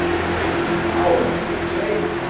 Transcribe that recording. praise the powers, you're safe!